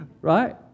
Right